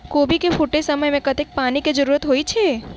कोबी केँ फूटे समय मे कतेक पानि केँ जरूरत होइ छै?